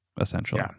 essentially